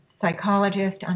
psychologist